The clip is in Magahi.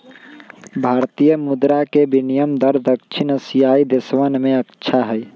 भारतीय मुद्र के विनियम दर दक्षिण एशियाई देशवन में अच्छा हई